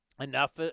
Enough